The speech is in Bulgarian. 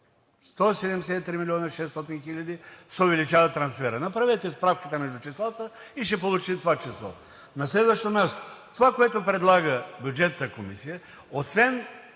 и шестстотин хиляди се увеличава трансферът! Направете справката между числата и ще получите това число. На следващо място, това, което предлага Бюджетната комисия, освен